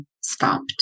stopped